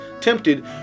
tempted